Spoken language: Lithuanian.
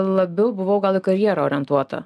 labiau buvau gal į karjerą orientuota